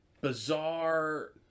bizarre